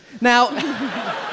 Now